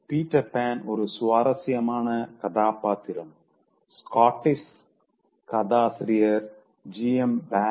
Peter Pan ஒரு சுவாரசியமான கதாபாத்திரம் ஸ்காட்டிஷ் கதாசிரியர் ஜி எம் பேரியால்G